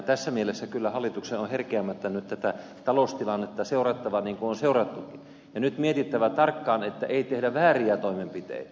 tässä mielessä hallituksen on kyllä nyt herkeämättä tätä taloustilannetta seurattava niin kuin on seurattukin ja on nyt mietittävä tarkkaan että ei tehdä vääriä toimenpiteitä